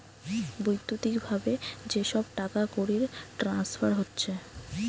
বৈদ্যুতিক ভাবে যে সব টাকাকড়ির ট্রান্সফার হচ্ছে